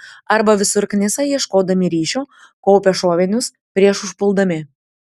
arba visur knisa ieškodami ryšio kaupia šovinius prieš užpuldami